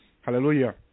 hallelujah